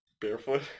Barefoot